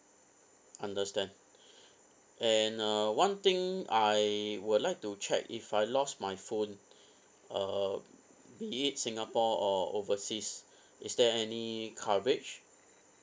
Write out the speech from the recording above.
understand and uh one thing I would like to check if I lost my phone uh be it singapore or overseas is there any coverage